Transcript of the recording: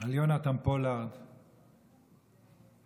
על יונתן פולארד ואשתו,